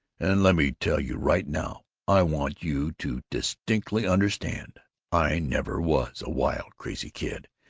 and let me tell you right now i want you to distinctly understand i never was a wild crazy kid,